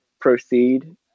proceed